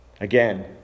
Again